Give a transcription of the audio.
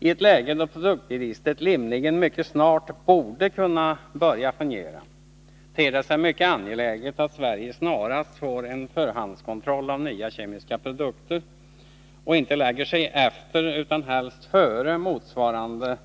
I ett läge då produktregistret rimligen mycket snart borde kunna fungera, ter det sig mycket angeläget att Sverige snarast får en förhandskontroll av nya kemiska produkter och inte lägger sig efter utan helst före motsvarande